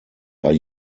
are